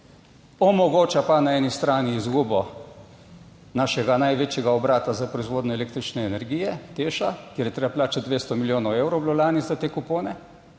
omogoča pa na eni strani izgubo našega največjega obrata za proizvodnjo električne energije Teš, kjer je treba plačati 200 milijonov evrov, je bilo lani za te kupone,